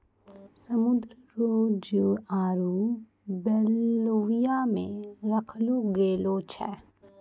समुद्र रो जीव आरु बेल्विया मे रखलो गेलो छै